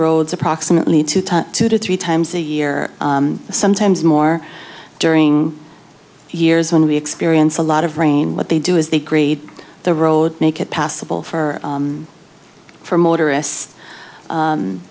roads approximately two to three times a year sometimes more during years when we experience a lot of rain what they do is they grade the road make it passable for for motorists